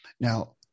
Now